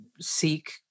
seek